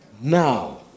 Now